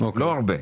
לא הרבה.